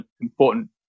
important